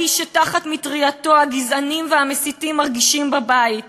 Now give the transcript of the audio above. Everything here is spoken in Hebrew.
האיש שתחת מטרייתו הגזענים והמסיתים מרגישים בבית,